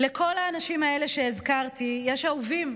לכל האנשים האלה שהזכרתי יש אהובים,